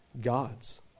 gods